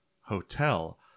hotel